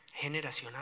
Generacional